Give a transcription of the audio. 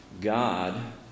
God